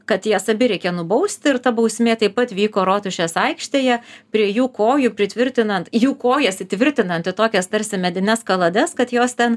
kad jas abi reikia nubausti ir ta bausmė taip pat vyko rotušės aikštėje prie jų kojų pritvirtinant jų kojas įtvirtinant į tokias tarsi medines kalades kad jos ten